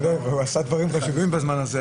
עשה דברים חשובים בזמן הזה,